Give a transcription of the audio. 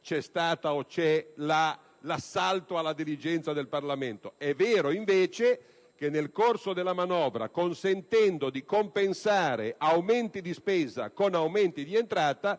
fino ad oggi l'assalto alla diligenza del Parlamento. È vero invece che nel corso della manovra, consentendo di compensare aumenti di spesa con aumenti di entrata,